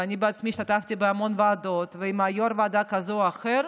ואני בעצמי השתתפתי בהמון ועדות עם יו"ר ועדה כזה או אחר,